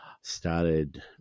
started